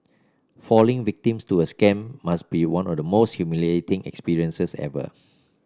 falling victims to a scam must be one of the most humiliating experiences ever